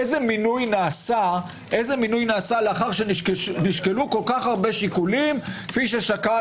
איזה מינוי נעשה לאחר שנשקלו כל כך הרבה שיקולים כפי ששקל